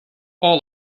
all